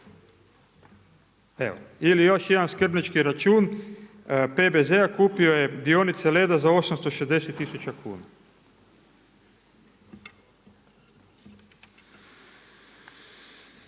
Evo, ili još jedan skrbnički račun PBZ-a, kupio je dionice Leda za 860 tisuća kuna.